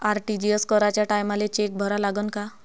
RTGS कराच्या टायमाले cheque भरा लागन का?